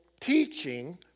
teaching